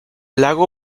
lago